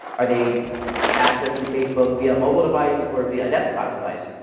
are they accessing facebook via a mobile device or via a desktop device?